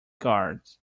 cards